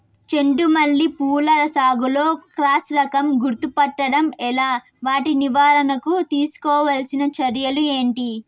చెండు మల్లి పూల సాగులో క్రాస్ రకం గుర్తుపట్టడం ఎలా? వాటి నివారణకు తీసుకోవాల్సిన చర్యలు ఏంటి?